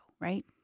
right